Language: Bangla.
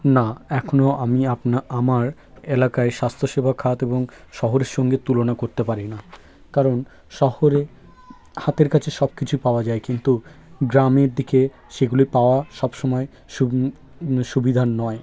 না এখনও আমি আপনার আমার এলাকায় স্বাস্থ্যসেবা খাত এবং শহরের সঙ্গে তুলনা করতে পারি না কারণ শহরে হাতের কাছে সব কিছু পাওয়া যায় কিন্তু গ্রামের দিকে সেগুলি পাওয়া সবসময় সুবিধার নয়